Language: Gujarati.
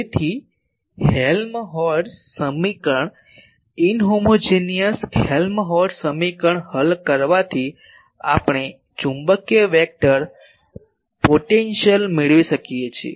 તેથી હેલમહોલ્ટ્ઝ સમીકરણ અસામાન્ય હેલહોલ્ટ્ઝ સમીકરણ હલ કરવાથી આપણે ચુંબકીય વેક્ટર પોટેન્શિયલ મેળવી શકીએ છીએ